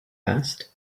asked